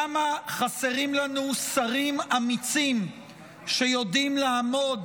כמה חסרים לנו שרים אמיצים שיודעים לעמוד